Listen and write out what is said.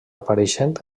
apareixent